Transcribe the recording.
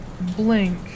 blink